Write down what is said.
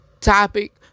topic